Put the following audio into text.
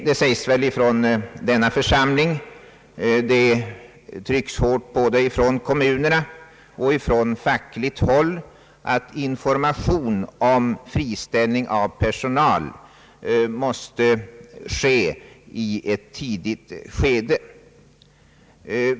Det sägs från denna församling, det trycks hårt på det från kommunernas sida och från fackligt håll, att information om friställning av personal måste lämnas i ett tidigt skede.